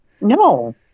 no